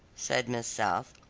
said miss south.